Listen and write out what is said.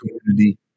Community